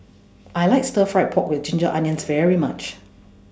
I like Stir Fry Pork with Ginger Onions very much